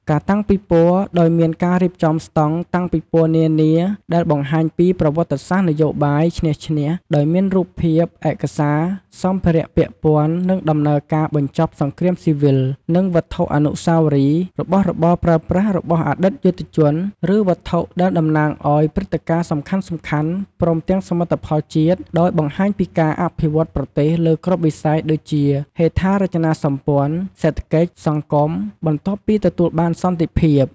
ការតាំងពិព័រណ៍ ដោយមានការរៀបចំស្ដង់តាំងពិព័រណ៍នានា ដែលបង្ហាញពី ប្រវត្តិសាស្ត្រនយោបាយឈ្នះ-ឈ្នះ ដោយមានរូបភាព ឯកសារ សម្ភារៈពាក់ព័ន្ធនឹងដំណើរការបញ្ចប់សង្គ្រាមស៊ីវិល និងវត្ថុអនុស្សាវរីយ៍ របស់របរប្រើប្រាស់របស់អតីតយុទ្ធជន ឬវត្ថុដែល តំណាងឱ្យព្រឹត្តិការណ៍សំខាន់ៗ ព្រមទាំងសមិទ្ធផលជាតិ ដោយបង្ហាញពីការអភិវឌ្ឍន៍ប្រទេសលើគ្រប់វិស័យដូចជាហេដ្ឋារចនាសម្ព័ន្ធ សេដ្ឋកិច្ច សង្គម បន្ទាប់ពីទទួលបានសន្តិភាព។